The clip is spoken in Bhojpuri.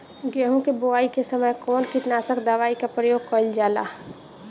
गेहूं के बोआई के समय कवन किटनाशक दवाई का प्रयोग कइल जा ला?